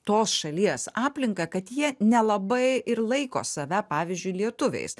tos šalies aplinką kad jie nelabai ir laiko save pavyzdžiui lietuviais